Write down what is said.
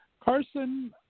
Carson